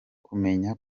kumenya